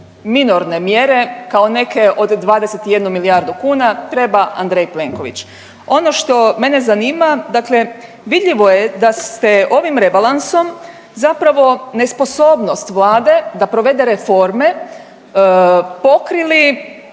minorne mjere kao neke od 21 milijardu kuna treba Andrej Plenković. Ono što mene zanima dakle vidljivo je da ste ovim rebalansom zapravo nesposobnost vlade da provede reforme pokrili